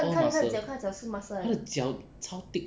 it's all muscles 他的脚超 thick